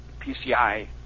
PCI